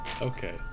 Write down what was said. Okay